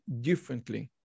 differently